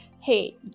hey